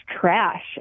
trash